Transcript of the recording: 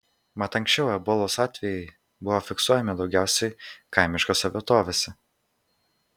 mat anksčiau ebolos atvejai buvo fiksuojami daugiausiai kaimiškose vietovėse